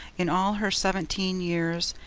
in all her seventeen years,